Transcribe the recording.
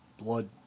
blood